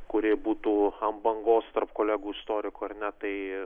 kuri būtų ant bangos tarp kolegų istorikų ar ne tai